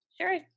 Sure